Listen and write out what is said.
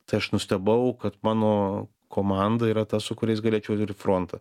tai aš nustebau kad mano komanda yra ta su kuria aš galėčiau eit ir į frontą